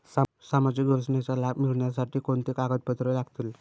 सामाजिक योजनेचा लाभ मिळण्यासाठी कोणती कागदपत्रे लागतील?